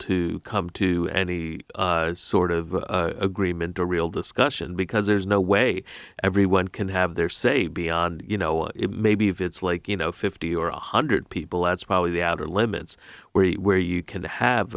to come to any sort of agreement or real discussion because there's no way everyone can have their say beyond you know it may be if it's like you know fifty or one hundred people that's probably the outer limits where where you can have